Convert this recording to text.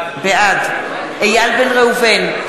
בעד איל בן ראובן,